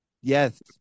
Yes